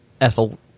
ethel